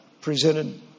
presented